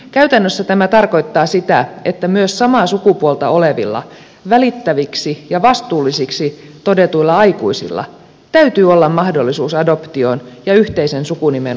käytännössä tämä tarkoittaa sitä että myös samaa sukupuolta olevilla välittäviksi ja vastuullisiksi todetuilla aikuisilla täytyy olla mahdollisuus adoptioon ja yhteisen sukunimen ottamiseen